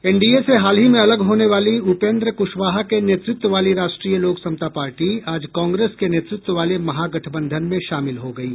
NDA से हाल ही में अलग होने वाली उपेन्द्र कुशवाहा के नेतृत्व वाली राष्ट्रीय लोक समता पार्टी आज कांग्रेस के नेतृत्व वाले महागठबंधन में शामिल हो गयी